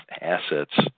assets